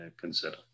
consider